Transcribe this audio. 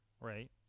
right